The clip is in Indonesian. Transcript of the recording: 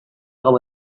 kamu